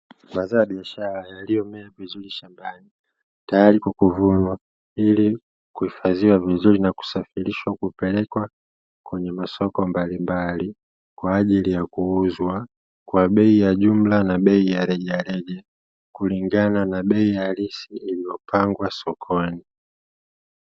Mazao ya biashara yaliyomea vizuri shambani tayari kwa kuvunwa ili kuhifadhiwa vizuri na kusafirishwa kupelekwa kwenye masoko mbalimbali, kwa ajili ya kuuzwa kwa bei ya jumla na bei ya rejareja kulingana na bei halisi iliyopangwa sokoni.